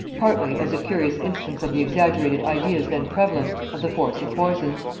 partly as a curious instance of the exaggerated ideas then prevalent of the force of poisons.